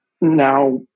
now